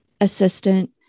assistant